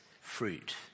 fruit